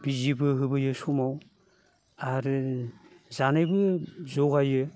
बिजिबो होबोयो समाव आरो जानायबो जगायो